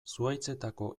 zuhaitzetako